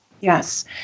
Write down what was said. Yes